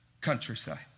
countryside